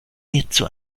hierzu